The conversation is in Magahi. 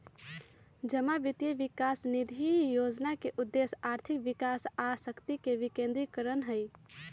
जमा वित्त विकास निधि जोजना के उद्देश्य आर्थिक विकास आ शक्ति के विकेंद्रीकरण हइ